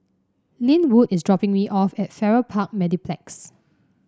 Lynwood is dropping me off at Farrer Park Mediplex